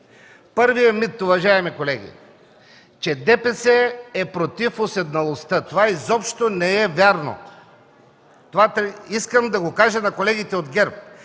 Първият мит, уважаеми колеги, е че ДПС е против уседналостта – това изобщо не е вярно. Искам да го кажа на колегите от ГЕРБ.